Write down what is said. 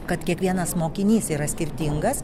kad kiekvienas mokinys yra skirtingas